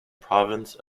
province